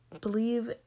believe